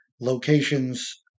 locations